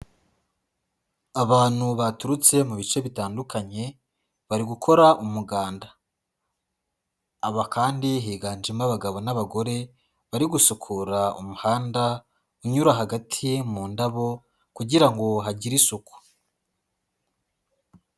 Abantu baturutse mu bice bitandukanye bari gukora umuganda, aba kandi higanjemo abagabo n'abagore bari gusukura umuhanda unyura hagati mu ndabo kugira ngo hagire isuku.